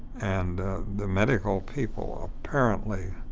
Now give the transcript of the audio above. and the medical people ah apparently